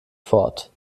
fort